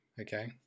okay